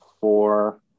four